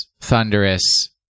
Thunderous